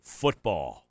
football